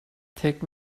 take